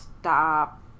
stop